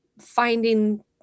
finding